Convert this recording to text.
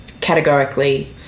categorically